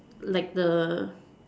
like the